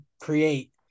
create